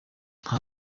nta